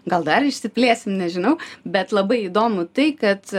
gal dar išsiplėsim nežinau bet labai įdomu tai kad